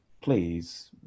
please